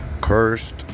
cursed